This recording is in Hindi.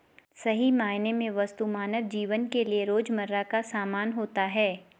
सही मायने में वस्तु मानव जीवन के लिये रोजमर्रा का सामान होता है